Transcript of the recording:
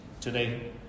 Today